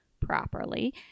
properly